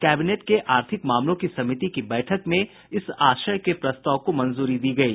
cabinet के आर्थिक मामलों की समिति की बैठक में इस आशय के प्रस्ताव को मंजूरी दी गयी